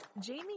jamie